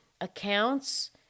accounts